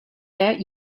that